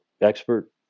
expert